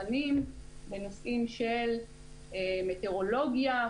בנושאים של מטאורולוגיה,